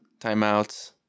timeouts